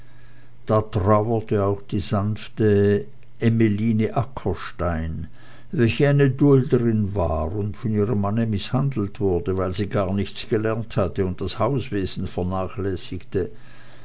da trauerte auch die sanfte emmeline ackerstein welche eine dulderin war und von ihrem manne mißhandelt wurde weil sie gar nichts gelernt hatte und das hauswesen vernachlässigte